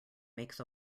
makes